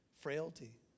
frailty